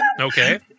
Okay